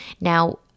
Now